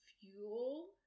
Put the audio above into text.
Fuel